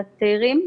לצעירים,